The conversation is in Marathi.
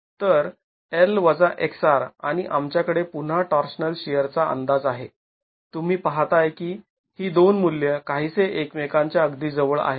तर L x R आणि आमच्याकडे पुन्हा टॉर्शनल शिअरचा अंदाज आहे तुम्ही पहाताय की ही दोन मूल्य काहीसे एकमेकांच्या अगदी जवळ आहेत